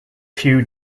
few